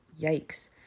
Yikes